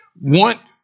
want